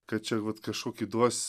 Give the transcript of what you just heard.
kad čia vat kažkokį duos